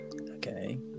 Okay